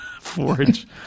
Forge